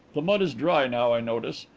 the mud is dry now, i notice.